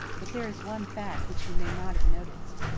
but there is one fact which you may not have noticed.